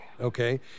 Okay